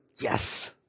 yes